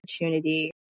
opportunity